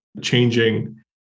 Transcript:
changing